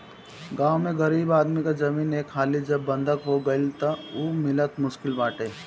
गांव में गरीब आदमी के जमीन एक हाली जब बंधक हो गईल तअ उ मिलल मुश्किल बाटे